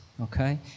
okay